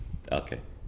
okay